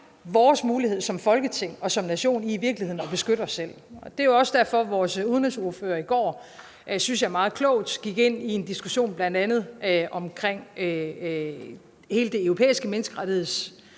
vores mulighed for som Folketing og som nation i virkeligheden at beskytte os selv. Det er jo også derfor, at vores udenrigsordfører i går meget klogt, synes jeg, gik ind i en diskussion om bl.a. Den Europæiske Menneskerettighedsdomstols